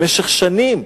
במשך שנים,